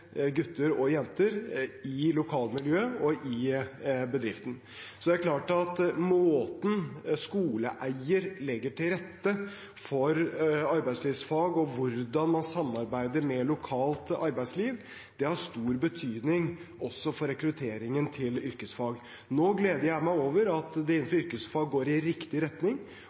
gutter og jenter i lokalmiljøet og i bedriften. Så det er klart at måten skoleeier legger til rette for arbeidslivfag på og hvordan man samarbeider med lokalt arbeidsliv, har stor betydning også for rekrutteringen til yrkesfag. Nå gleder jeg meg over at det innenfor yrkesfag går i riktig retning,